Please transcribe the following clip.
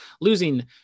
losing